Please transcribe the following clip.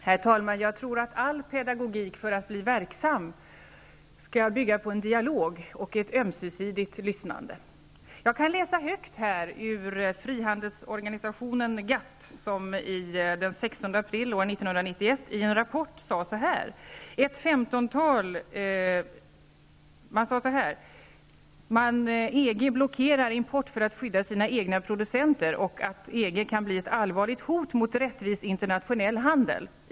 Herr talman! Jag tror att all pedagogik för att bli verksam skall bygga på en dialog och ett ömsesidigt lyssnande. Jag kan läsa högt ur en rapport av den 16 april 1991 från frihandelsorganisationen GATT, där det heter att EG blockerar import för att skydda sina egna producenter, och det framhålls att EG kan bli ett allvarligt hot mot rättvis internationell handel.